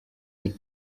mit